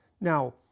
Now